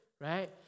Right